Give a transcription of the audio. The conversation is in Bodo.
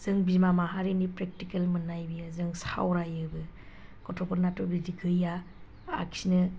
जों बिमा माहारिनि प्रेक्टिकेल मोननाय बियो जों सावरायोबो गथ'फोरनाथ' बिदि गैया आखिनो